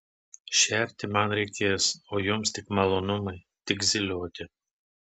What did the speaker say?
šerti man reikės o jums tik malonumai tik zylioti